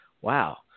wow